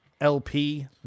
LP